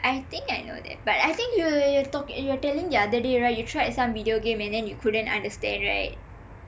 I think I know that but I think you you you are telling the other day right you tried some video game and then you couldn't understand right